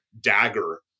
dagger